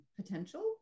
potential